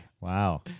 Wow